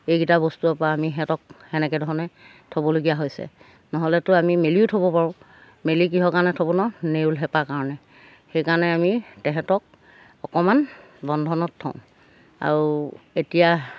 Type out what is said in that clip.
এইকেইটা বস্তুৰপৰা আমি সিহঁতক সেনেকেধৰণে থ'বলগীয়া হৈছে নহ'লেতো আমি মেলিও থ'ব পাৰোঁ মেলি কিহৰ কাৰণে থ'ব নোৱাৰো নেউল হেপাৰ কাৰণে সেইকাৰণে আমি তেহেঁতক অকণমান বন্ধনত থওঁ আৰু এতিয়া